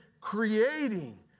creating